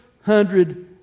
hundred